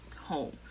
home